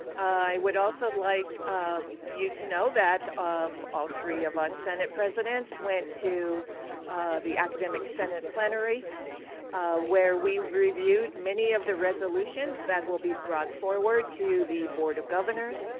i would also like you to know that um all three of us senate presidents went to the academic senate plenary where we reviewed many of the resolutions that will be brought forward to the board of governors.